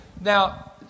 Now